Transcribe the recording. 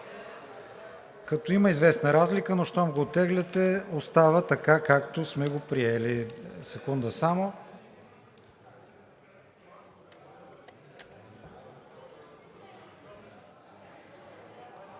като има известна разлика, но щом го оттегляте, остава така, както сме го приели. Секунда само.